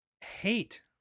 hate